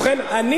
כמה שוטר מרוויח?